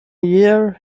year